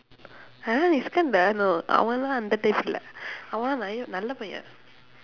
uh iskandar no அவன் எல்லாம் அந்த:avan ellaam andtha type இல்ல அவன் எல்லாம் நல்ல பையன்:illa avan ellaam nalla paiyan